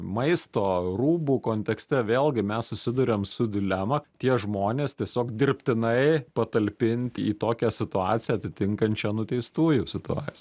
maisto rūbų kontekste vėlgi mes susiduriam su dilema tie žmonės tiesiog dirbtinai patalpint į tokią situaciją atitinkančią nuteistųjų situac